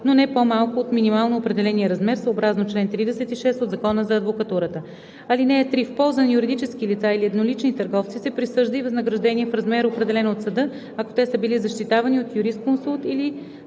но не по-малко от минимално определения размер съобразно чл. 36 от Закона за адвокатурата. (3) В полза на юридически лица или еднолични търговци се присъжда и възнаграждение в размер, определен от съда, ако те са били защитавани от юрисконсулт или